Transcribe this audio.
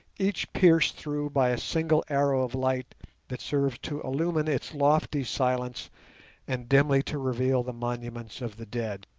each pierced through by a single arrow of light that serves to illumine its lofty silence and dimly to reveal the monuments of the dead.